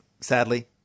sadly